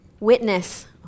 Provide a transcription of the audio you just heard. Witness